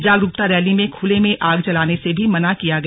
जागरुकता रैली में खुले में आग जलाने से भी मना किया गया